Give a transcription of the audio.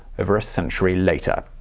over a century later.